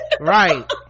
Right